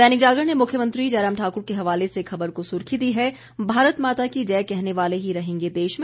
दैनिक जागरण ने मुख्यमंत्री जयराम ठाकुर के हवाले से खबर को सुर्खी दी है भारत माता की जय कहने वाले ही रहेंगे देश में